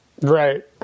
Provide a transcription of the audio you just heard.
Right